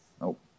Nope